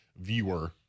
viewer